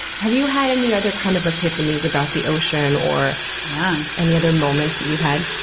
have you had any other kind of epiphanies about the ocean or yeah any other moments you've had?